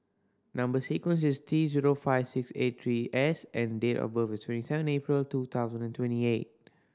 number sequence is T zero five six eight three S and date of birth is twenty seven April two thousand and twenty eight